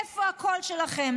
איפה הקול שלכם?